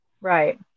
Right